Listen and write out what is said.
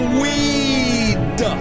weed